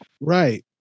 Right